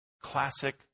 classic